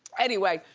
anyway,